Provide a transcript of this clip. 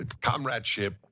comradeship